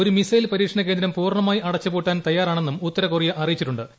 ഒരു മിസൈൽ പരീക്ഷണകേന്ദ്രം പൂർണ്ണമായി അടച്ചു പൂട്ടാൻ തയാറാണെന്നും ഉത്തരകൊറിയ അറിയിച്ചിട്ടു ്